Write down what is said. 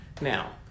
Now